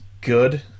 good